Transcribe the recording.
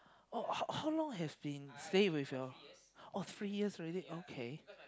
oh how how long have been staying with your oh three years already okay